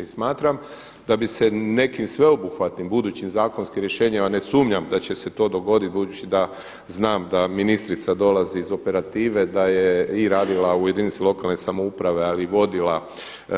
I smatram da bi se nekim sveobuhvatnim budućim zakonskim rješenjima, ne sumnjam da će se to dogoditi budući da znam da ministrica dolazi iz operative, da je i radila u jedinici lokalne samouprave, ali i vodila